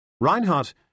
Reinhardt